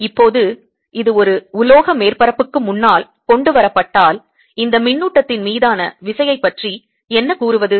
இப்போது இது ஒரு உலோக மேற்பரப்புக்கு முன்னால் கொண்டு வரப்பட்டால் இந்த மின்னூட்டத்தின் மீதான விசையைப் பற்றி என்ன கூறுவது